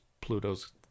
Pluto's